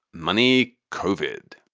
money covered